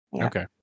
okay